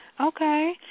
Okay